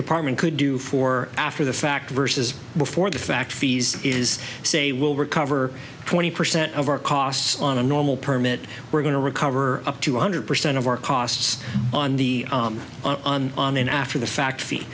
department could do for after the fact versus before the fact fees is say we'll recover twenty percent of our costs on a normal permit we're going to recover up to one hundred percent of our costs on the on on an after the fact fee